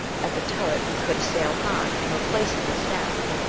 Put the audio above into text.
at the turret we could assail hahn, and replace him with snap.